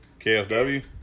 KFW